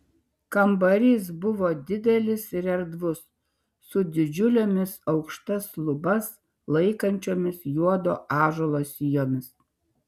kambarys buvo didelis ir erdvus su didžiulėmis aukštas lubas laikančiomis juodo ąžuolo sijomis